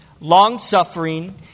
long-suffering